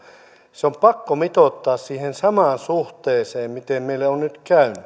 se on pakko mitoittaa siihen samaan suhteeseen miten meille on nyt käynyt